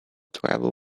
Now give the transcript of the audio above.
tribal